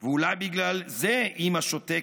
/ (ואולי בגלל זה אימא שותקת,